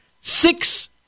Six